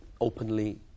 openly